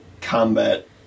combat